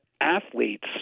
athletes